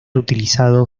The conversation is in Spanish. utilizado